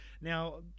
Now